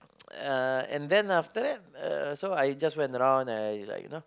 uh and then after that uh I just went around I like you know